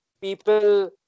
people